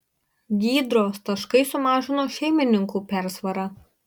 gydros taškai sumažino šeimininkų persvarą